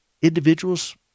Individuals